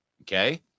okay